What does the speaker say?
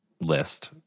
list